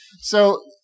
so-